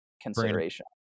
consideration